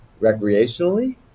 Recreationally